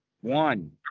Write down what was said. one